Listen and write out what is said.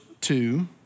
two